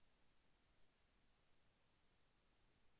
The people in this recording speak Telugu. వరి పంట ఆరు తడి పద్ధతిలో పండునా?